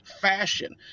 fashion